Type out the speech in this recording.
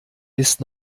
ist